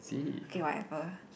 okay whatever